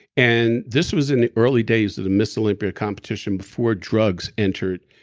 and this was in the early days of the ms. olympia competition before drugs entered.